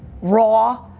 raw,